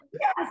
Yes